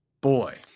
boy